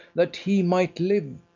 that he might live!